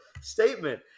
statement